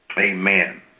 Amen